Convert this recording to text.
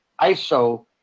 ISO